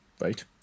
Right